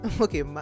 Okay